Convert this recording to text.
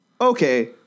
Okay